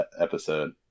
episode